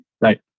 Right